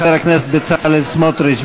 חבר הכנסת בצלאל סמוטריץ,